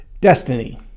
destiny